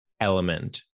element